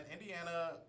Indiana